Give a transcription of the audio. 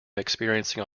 experiencing